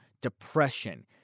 depression